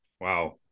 Wow